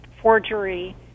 forgery